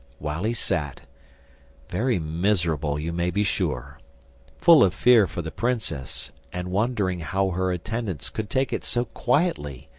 while he sat very miserable, you may be sure full of fear for the princess, and wondering how her attendants could take it so quietly,